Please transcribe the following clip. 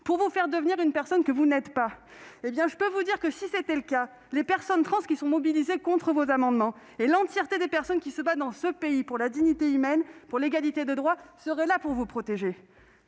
pour vous faire devenir une personne que vous n'êtes pas. Si tel était le cas, je puis vous assurer que les personnes trans qui se mobilisent contre vos amendements, tout comme l'entièreté des personnes qui se battent dans ce pays pour la dignité humaine et l'égalité des droits, seraient là pour vous protéger.